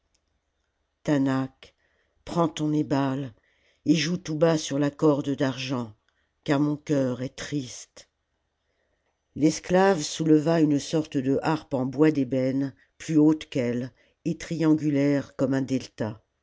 taanach prends ton nebal et joue tout bas sur la corde d'argent car mon cœur est triste l'esclave souleva une sorte de harpe en bois d'ébène plus haute qu'elle et triangulaire comme un delta